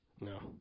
No